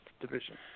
division